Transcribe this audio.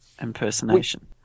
impersonation